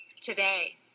Today